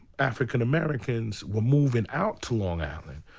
african americans were moving out to long island.